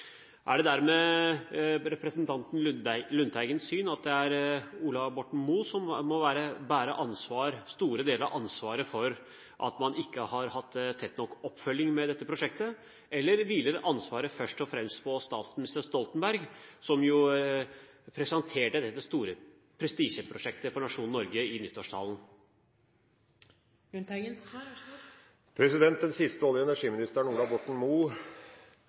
Er det dermed representanten Lundteigens syn at det er Ola Borten Moe som må bære store deler av ansvaret for at man ikke har hatt tett nok oppfølging av dette prosjektet, eller hviler ansvaret først og fremst på tidligere statsminister Stoltenberg, som jo presenterte dette store prestisjeprosjektet for nasjonen Norge i nyttårstalen? Den siste olje- og energiministeren, Ola Borten